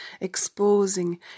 exposing